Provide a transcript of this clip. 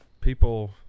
people